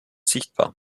sichtbar